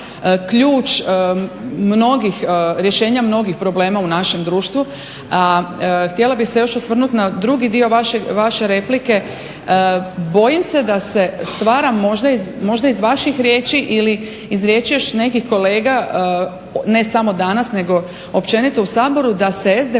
rješenje mnogih problema u našem društvu. Htjela bih se još osvrnut na drugi dio vaše replike, bojim se da se stvara možda iz vaših riječi ili iz riječi još nekih kolega, ne samo danas nego općenito u Saboru, da se SDP